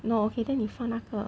no okay then 你放那个